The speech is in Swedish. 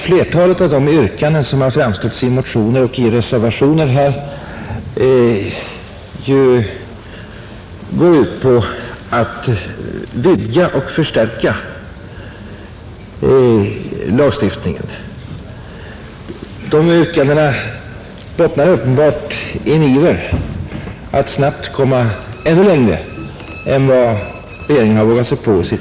Flertalet av de yrkanden som har framställts i motioner och reservationer går ut på att vidga och förstärka lagstiftningen. De yrkandena bottnar uppenbart i en iver att snabbt komma ännu längre än vad regeringen vågat sig på.